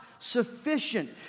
sufficient